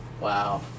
Wow